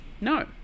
No